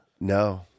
No